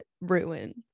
ruin